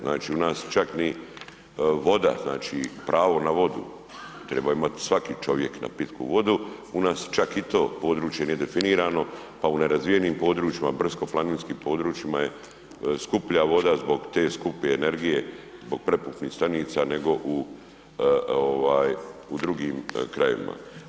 Znači u nas čak ni voda, znači pravo na vodu treba imati svaki čovjek na pitku vodu, u nas čak ni to područje nije definirano u nerazvijenim područjima, brdsko-planinskim područjima je skuplja voda zbog te skupe energije, zbog prepumpnih stanica nego u ovaj u drugim krajevima.